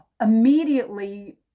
immediately